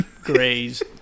graze